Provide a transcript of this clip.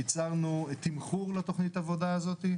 ייצרנו תמחור לתוכנית העבודה הזאת.